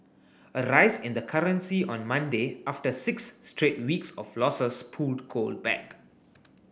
a rise in the currency on Monday after six straight weeks of losses pulled gold back